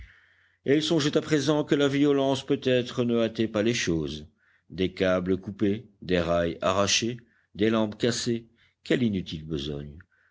et il songeait à présent que la violence peut-être ne hâtait pas les choses des câbles coupés des rails arrachés des lampes cassées quelle inutile besogne